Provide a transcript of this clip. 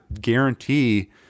guarantee